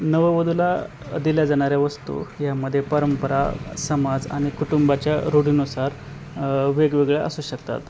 नववधूला दिल्या जाणाऱ्या वस्तू ह्यामध्ये परंपरा समाज आणि कुटुंबाच्या रूढीनुसार वेगवेगळ्या असू शकतात